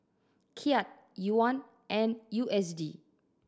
Kyat Yuan and U S D